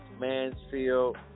Mansfield